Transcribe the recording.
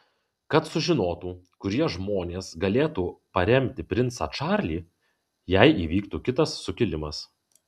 kad sužinotų kurie žmonės galėtų paremti princą čarlį jei įvyktų kitas sukilimas